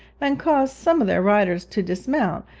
and caused some of their riders to dismount,